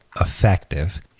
effective